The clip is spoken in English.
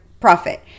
profit